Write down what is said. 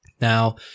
Now